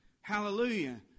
Hallelujah